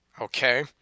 okay